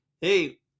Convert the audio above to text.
hey